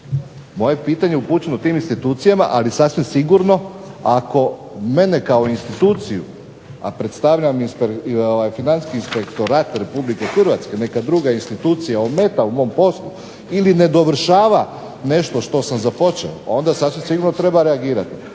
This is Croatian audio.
moje pitanje upućeno tim institucijama, ali sasvim sigurno ako mene kao instituciju, a predstavljam Financijski inspektorat Republike Hrvatske neka druga institucija ometa u mom poslu ili ne dovršava nešto što sam započeo, onda sasvim sigurno treba reagirati.